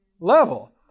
level